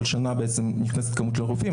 כל שנה נכנסת כמות של רופאים.